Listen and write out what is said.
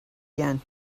again